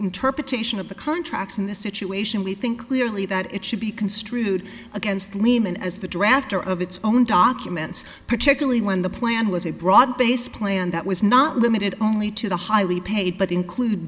interpretation of the contracts in this situation we think clearly that it should be construed against lehman as the drafter of its own documents particularly when the plan was a broad based plan that was not limited only to the highly paid but includ